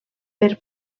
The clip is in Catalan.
per